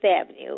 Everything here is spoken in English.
Avenue